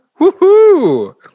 Woohoo